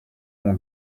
mon